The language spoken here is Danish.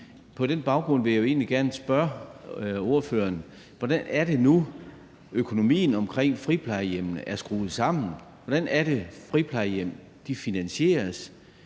På den baggrund vil jeg egentlig gerne spørge ordførerne: Hvordan er det nu, økonomien omkring friplejehjemmene er skruet sammen? Hvordan er det, friplejehjem finansieres?